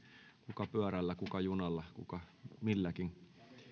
kuka pyörällä kuka junalla kuka milläkin